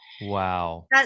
Wow